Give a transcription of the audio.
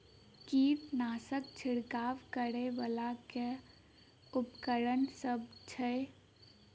कीटनासक छिरकाब करै वला केँ उपकरण सब छै?